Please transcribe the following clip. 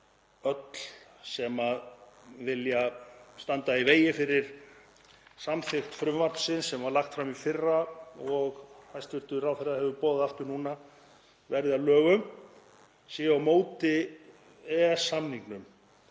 öll sem vilja standa í vegi fyrir samþykkt frumvarpsins sem var lagt fram í fyrra og hæstv. ráðherra hefur boðað aftur núna að verði að lögum séu á móti EES-samningnum.